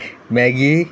Maggi